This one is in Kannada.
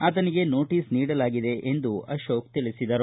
ಆತನಿಗೆ ನೋಟಸ್ ನೀಡಲಾಗಿದೆ ಎಂದು ಹೇಳಿದರು